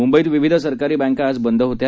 मुंबईत विविध सरकारी बँका आज बंद होत्या